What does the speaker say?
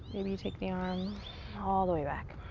maybe take the arm all all the way back.